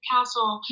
Castle